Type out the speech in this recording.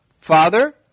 Father